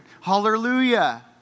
Hallelujah